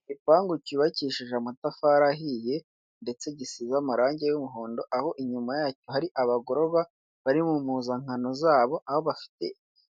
Igipangu cyubakishije amatafari ahiye ndetse gisize amarangi y'umuhondo, aho inyuma yacyo hari abagoroba bari mu mpuzankano zabo, aho bafite